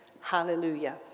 Hallelujah